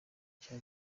cya